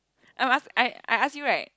I'm ask I I ask you right